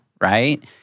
right